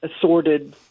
assorted